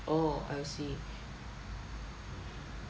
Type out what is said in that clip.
oh I see